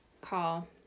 call